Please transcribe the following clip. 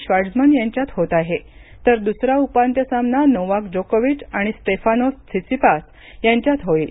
Schwarzman यांच्यात होत आहे तर दुसरा उपांत्य सामना नोवाक जोकोविच आणि स्टेफानोस त्सित्सिपास यांच्यात होईल